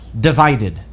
divided